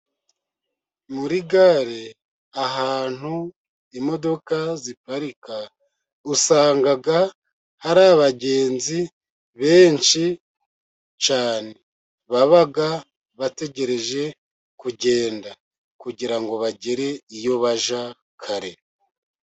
Muri gare ahantu imodoka ziparika usanga hari abagenzi benshi cyane, baba bategereje kugenda kugirango bagere iyo bajya kare.